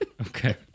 Okay